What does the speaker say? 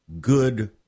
Good